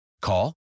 Call